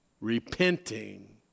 repenting